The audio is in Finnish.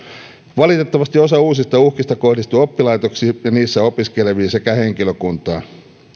valitettavasti osa uusista uhkista kohdistuu oppilaitoksiin ja niissä opiskeleviin sekä henkilökuntaan